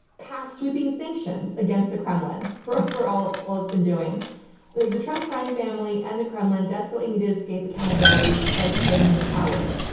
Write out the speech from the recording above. pass sweeping sanctions against the kremlin for for all all it's been doing. and like the trump crime family and the kremlin desperately need to escape accountability by staying in power,